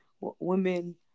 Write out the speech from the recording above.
women